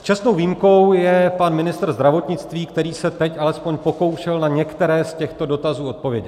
Čestnou výjimkou je pan ministr zdravotnictví, který se teď alespoň pokoušel na některé z těchto dotazů odpovědět.